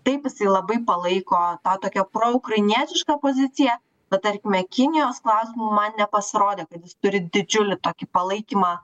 taip jisai labai palaiko tą tokią proukrainietišką poziciją bet tarkime kinijos klausimu man nepasirodė kad jis turi didžiulį tokį palaikymą